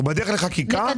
אנחנו בדרך לחקיקה,